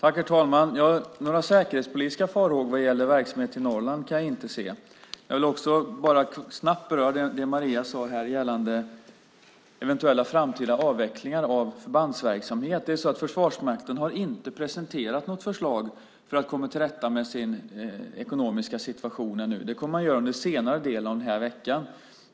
Herr talman! Några säkerhetspolitiska farhågor när det gäller verksamheten i Norrland kan jag inte se. Jag vill snabbt beröra det Maria sade gällande eventuella framtida avvecklingar av förbandsverksamhet. Försvarsmakten har inte presenterat något förslag för att komma till rätta med sin ekonomiska situation. Det kommer man att göra under senare delen av veckan.